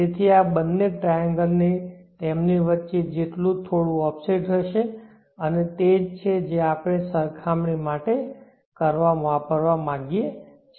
તેથી આ બંને ટ્રાયેન્ગલ તેમની વચ્ચે જેટલું થોડું ઓફસેટ હશે અને તે છે જે આપણે સરખામણી માટે વાપરવા માંગીએ છીએ